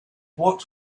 what